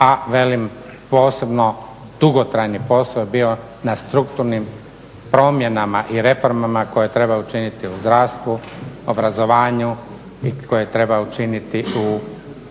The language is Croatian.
a velim posebno dugotrajni posao je bio na strukturnim promjenama i reformama koje treba učiniti u zdravstvu, obrazovanju i koje treba učiniti u